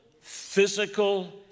physical